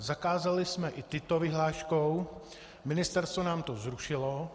Zakázali jsme i tyto vyhláškou, Ministerstvo nám to zrušilo.